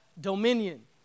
dominion